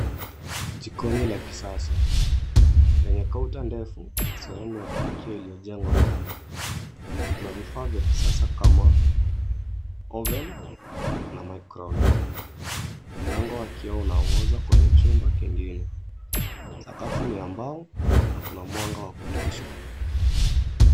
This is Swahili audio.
Jiko la kisasa lenye kaunta ndefu na sehemu ya kupikia iliyojengwa ndani. Kuna vifaa vya kisasa kama (cs)oven(cs) na (cs)microwave(cs). Mlango wa kioo unaongoza kwenye chumba kingine. Sakafu ni ya mbao na kuna mwanga wa kutosha.